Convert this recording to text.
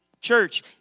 church